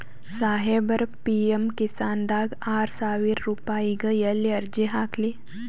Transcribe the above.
ಸಾಹೇಬರ, ಪಿ.ಎಮ್ ಕಿಸಾನ್ ದಾಗ ಆರಸಾವಿರ ರುಪಾಯಿಗ ಎಲ್ಲಿ ಅರ್ಜಿ ಹಾಕ್ಲಿ?